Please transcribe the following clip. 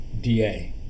DA